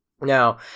Now